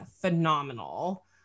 Phenomenal